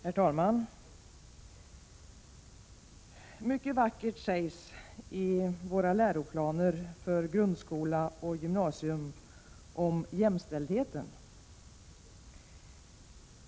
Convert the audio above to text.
Herr talman! Mycket vackert sägs i våra läroplaner för grundskola och gymnasium om jämställdheten.